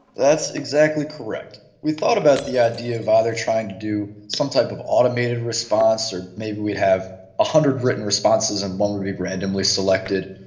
that's exactly correct. we thought about the idea of either trying to do some type of automated response or maybe we have one ah hundred written responses and one will be randomly selected,